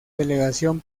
delegación